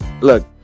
look